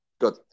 Good